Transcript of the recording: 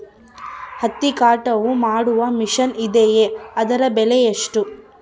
ಹತ್ತಿ ಕಟಾವು ಮಾಡುವ ಮಿಷನ್ ಇದೆಯೇ ಅದರ ಬೆಲೆ ಎಷ್ಟು?